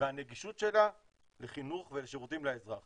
והנגישות שלה לחינוך ולשירותים לאזרח